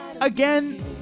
again